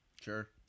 Sure